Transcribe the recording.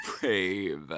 brave